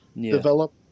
develop